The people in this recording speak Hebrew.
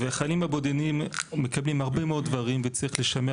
החיילים הבודדים מקבלים הרבה מאוד דברים וצריך לשמר